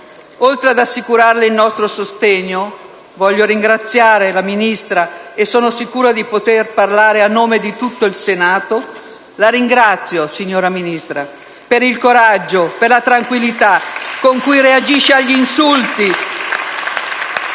Oltre ad assicurarle il nostro sostegno, voglio ringraziare la Ministra - e sono sicura di poter parlare a nome di tutto il Senato. La ringrazio, signora Ministra, per il coraggio, per la tranquillità con cui reagisce agli insulti